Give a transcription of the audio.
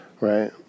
right